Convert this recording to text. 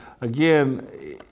again